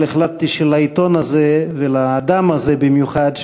אבל החלטתי שלעיתון הזה ולאדם הזה במיוחד,